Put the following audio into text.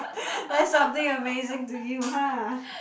that's something amazing to you hah